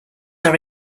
are